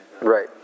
Right